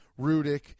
Rudick